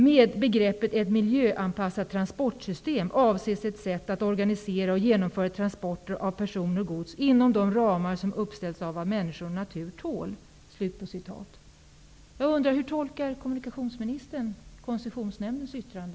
- Med begreppet ett miljöanpassat transportsystem avses ett sätt att organisera och genomföra transporter av personer och gods inom de ramar som uppställs av vad människor och natur tål.'' Koncessionsnämndens yttrande?